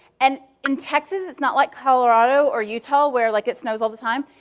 and in texas, it's not like colorado or utah where like it snows all the time.